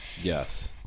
yes